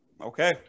Okay